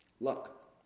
Luck